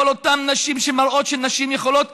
לכל אותן נשים שמראות שנשים יכולות